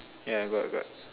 yeah got got